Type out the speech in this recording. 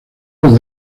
los